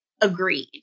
agreed